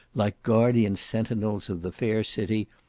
like guardian centinels of the fair city,